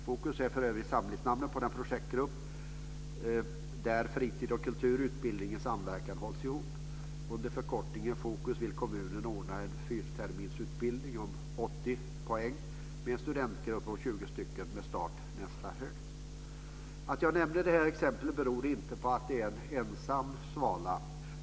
FOKUS är för övrigt samlingsnamnet på den projektgrupp där fritid, kultur och utbildning i samverkan hålls ihop. Under förkortningen FOKUS vill kommunen anordna en fyra terminer lång utbildning på 80 poäng med en studentgrupp bestående av 20 stycken med start nästa höst. Att jag nämner det här exemplet beror inte på att det är en ensam svala.